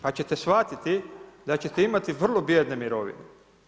Pa ćete shvatiti da ćete imati vrlo bijedne mirovine.